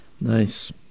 Nice